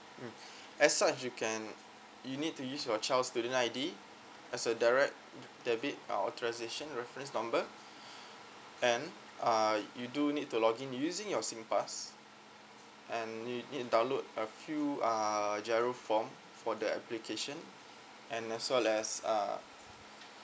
as such you can you need to use your child's student I_D as a direct debit uh authorisation reference number and uh you do need to login using your singpass and you need to download a few uh giro form for the application and as well as uh